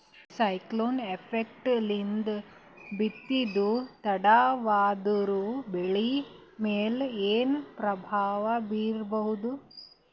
Cyclone effect ನಿಂದ ಬಿತ್ತೋದು ತಡವಾದರೂ ಬೆಳಿ ಮೇಲೆ ಏನು ಪ್ರಭಾವ ಬೀರಬಹುದು?